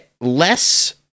less